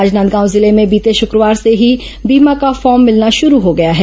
राजनांदगांव जिले में बीते शक्रवार से ही बीमा का फॉर्म भिलना शरू हो गया है